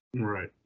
right